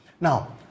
now